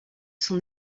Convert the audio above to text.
son